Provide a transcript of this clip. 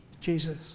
Jesus